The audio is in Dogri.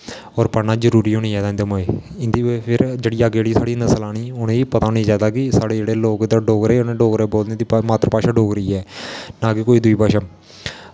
होर पढ़ना जरूरी होना चाहिदा इं'दे मूजब इं'दी जेह्ड़ी साढ़ी अग्गें नस्ल औनी उ'नें गी पता होनी चाहिदी कि साढ़े इत्थै जेह्ड़े लोग डोगरे न डोगरी बोलदे ते उं'दी मात्तर भाशा डोगरी ऐ ना कि कोई दूई भाशा